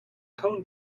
cone